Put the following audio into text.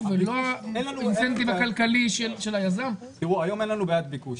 ולא אינסטיב כלכלי של היזם --- תראו היום אין לנו בעיית ביקוש,